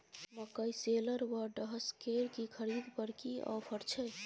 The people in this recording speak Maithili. मकई शेलर व डहसकेर की खरीद पर की ऑफर छै?